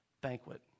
banquet